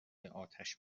اتش